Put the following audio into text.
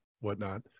whatnot